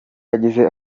yagize